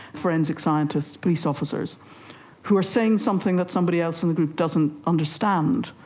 forensic scientists, police officers who are saying something that somebody else in the group doesn't understand,